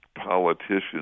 politicians